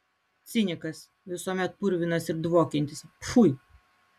cinikas visuomet purvinas ir dvokiantis pfui